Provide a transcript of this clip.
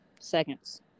seconds